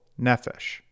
nefesh